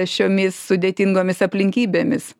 šiomis sudėtingomis aplinkybėmis